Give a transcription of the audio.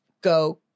go